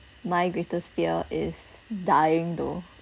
my greatest fear is dying though